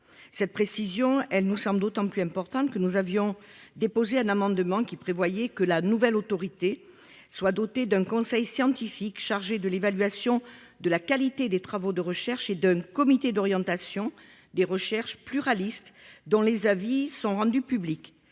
Cette précision nous semble d’autant plus importante que nous avions déposé un amendement qui prévoyait que la nouvelle autorité soit dotée d’un conseil scientifique chargé de l’évaluation de la qualité des travaux de recherche et d’un comité pluraliste d’orientation des recherches dont les avis auraient été rendus publics.